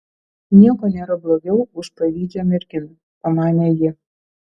nieko nėra blogiau už pavydžią merginą pamanė ji